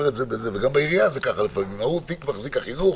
גם בעירייה זה כך לפעמים זה שמחזיק בתיק החינוך